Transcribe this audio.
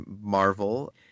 Marvel